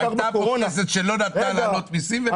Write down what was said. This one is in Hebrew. היתה פה כנסת שלא נתנה להעלות מיסים.